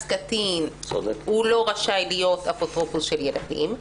קטין הוא לא רשאי להיות אפוטרופוס של ילדים,